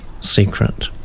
secret